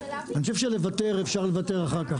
אני חושב שאפשר לוותר אחר כך.